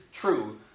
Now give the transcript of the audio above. true